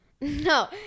No